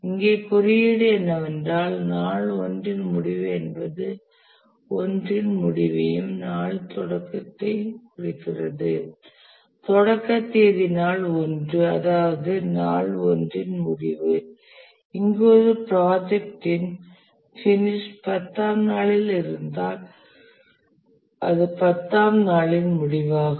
இங்கே குறியீடு என்னவென்றால் நாள் 1 இன் முடிவு என்பது நாள் 1 இன் முடிவையும் நாளின் தொடக்கத்தையும் குறிக்கிறது தொடக்க தேதி நாள் 1 அதாவது நாள் 1 இன் முடிவு இங்கு ஒரு ப்ராஜெக்டின் பினிஷ் 10 ஆம் நாளில் இருந்தால் அது 10 ஆம் நாளின் முடிவாகும்